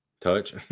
Touch